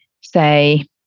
say